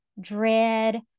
dread